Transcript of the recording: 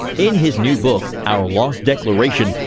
in his new book our lost declaration,